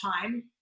time